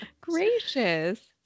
gracious